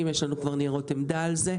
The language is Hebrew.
פתאום עכשיו, לפני שזורקים משפחות לרחוב, זה לא